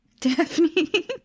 Daphne